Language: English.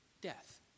death